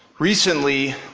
Recently